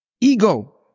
ego